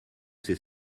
ses